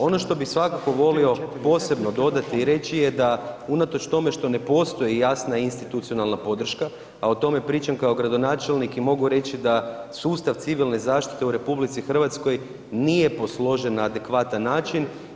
Ono što bih svakako volio posebno dodati i reći je da unatoč tome što ne postoji jasna institucionalna podrška, a o tome pričam kao gradonačelnik i mogu reći da sustav civilne zaštite u RH nije posložen na adekvatan način.